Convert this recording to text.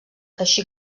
així